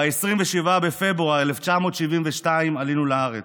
ב-27 בפברואר 1972 עלינו לארץ,